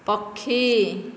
ପକ୍ଷୀ